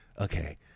okay